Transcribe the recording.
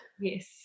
Yes